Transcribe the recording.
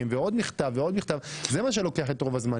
ועוד מכתב ועוד מכתב - זה מה שלוקח את רוב הזמן.